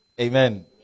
amen